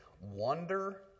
Wonder